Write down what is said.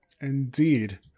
Indeed